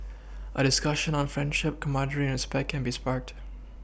a discussion on friendship camaraderie and respect can be sparked